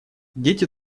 дети